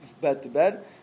bed-to-bed